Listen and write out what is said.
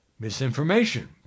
Misinformation